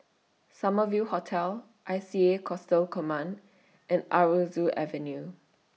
Summer View Hotel I C A Coastal Command and Aroozoo Avenue